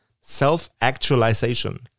self-actualization